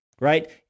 right